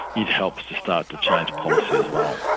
it helps to start to change policy as well,